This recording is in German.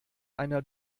einer